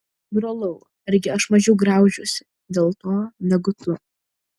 brolau argi aš mažiau graužiuosi dėl to negu tu